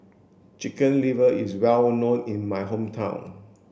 chicken liver is well known in my hometown